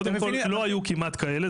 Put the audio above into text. קודם כל, לא היו כמעט כאלה.